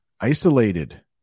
Isolated